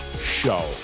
Show